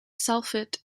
sulfate